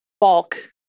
bulk